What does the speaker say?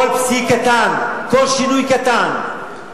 כל שינוי קטן,